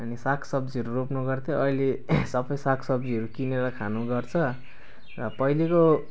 अनि सागसब्जीहरू रोप्ने गर्थ्यो अहिले सबै सागसब्जीहरू किनेर खाने गर्छ र पहिलेको